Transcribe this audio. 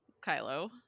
Kylo